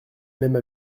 même